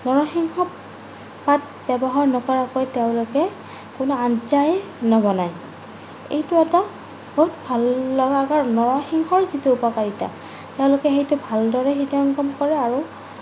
নৰসিংহ পাত ব্যৱহাৰ নকৰাকৈ তেওঁলোকে কোনো আঞ্জাই নবনায় এইটো এটা বহুত ভাল লগা কাৰণ নৰসিংহৰ যিটো উপকাৰিতা তেওঁলোকে সেইটো ভালদৰে হৃদয়ংগম কৰে আৰু